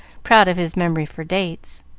proud of his memory for dates.